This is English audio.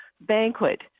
banquet